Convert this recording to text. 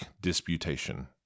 disputation